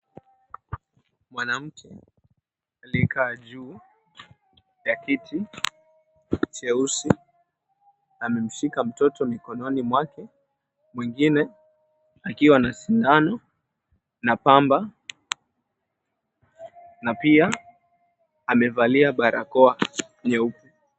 Mwanamke aliyekaa juu ya kiti cheusi amemshika mtoto mikononi mwake, mwingine akiwa na sindano na pamba na pia amevalia barakoa nyeupe.